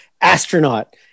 astronaut